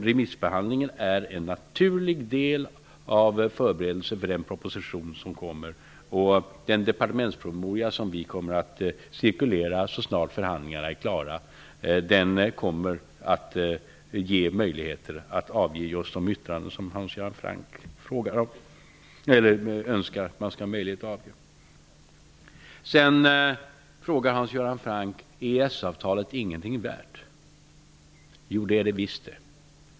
Remissbehandlingen är en naturlig del av förberedelsen inför den proposition som kommer att presenteras. Den departementspromemoria som vi skall låta cirkulera så snart förhandlingarna är klara kommer att ge möjligheter när det gäller att avge just de yttranden som Hans Göran Franck önskar. Vidare frågar Hans Göran Franck: Är EES-avtalet ingenting värt? Jo, det är det visst!